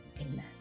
amen